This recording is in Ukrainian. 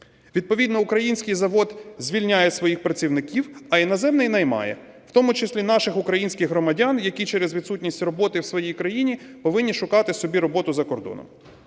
Відповідно український завод звільняє своїх працівників, а іноземний наймає, у тому числі наших українських громадян, які через відсутність роботи в своїй країні повинні шукати собі роботу за кордоном.